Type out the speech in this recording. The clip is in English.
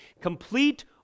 complete